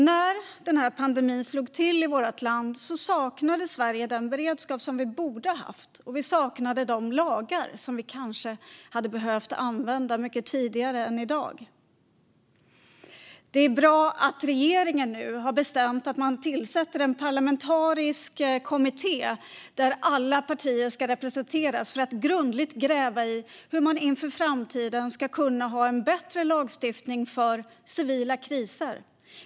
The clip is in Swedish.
När pandemin slog till i vårt land saknade Sverige den beredskap som vi borde ha haft. Vi saknade de lagar som vi kanske hade behövt använda mycket tidigare än i dag. Det är bra att regeringen nu har bestämt att man tillsätter en parlamentarisk kommitté, där alla partier ska representeras, för att grundligt gräva i hur man inför framtiden ska kunna ha en bättre lagstiftning för civila kriser.